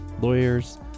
lawyers